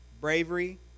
bravery